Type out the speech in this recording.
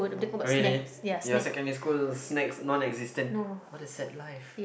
really your secondary school snacks non existent what a sad life